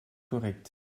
korrekt